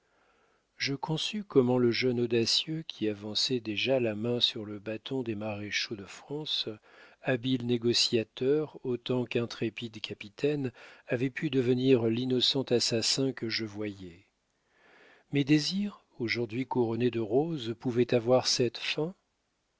je conçus comment le jeune audacieux qui avançait déjà la main sur le bâton des maréchaux de france habile négociateur autant qu'intrépide capitaine avait pu devenir l'innocent assassin que je voyais mes désirs aujourd'hui couronnés de roses pouvaient avoir cette fin